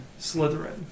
Slytherin